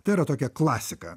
tai yra tokia klasika